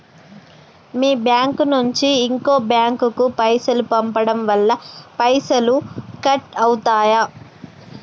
మీ bank నుంచి ఇంకో bank కు పైసలు పంపడం వల్ల పైసలు కట్ అవుతయా?